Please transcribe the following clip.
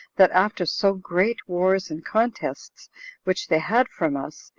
that after so great wars and contests which they had from us,